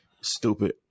stupid